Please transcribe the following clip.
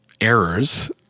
errors